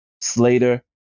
Slater